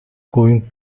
going